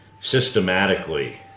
systematically